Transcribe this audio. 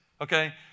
Okay